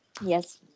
Yes